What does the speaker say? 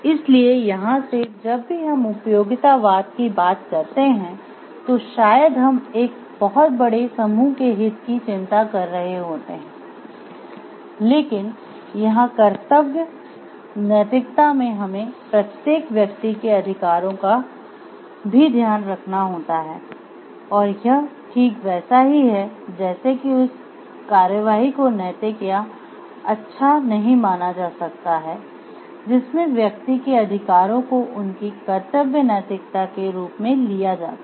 इसलिए यहाँ से जब भी हम उपयोगितावाद की बात करते हैं तो शायद हम एक बहुत बड़े समूह के हित की चिंता कर रहे होते हैं लेकिन यहाँ कर्तव्य नैतिकता में हमें प्रत्येक व्यक्ति के अधिकारों का भी ध्यान रखना होता हैं और यह ठीक वैसा ही है जैसे कि उस कार्यवाही को नैतिक या अच्छा नहीं माना जा सकता है जिसमें व्यक्ति के अधिकारों को उनकी कर्तव्य नैतिकता के रूप में लिया जाता है